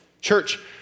Church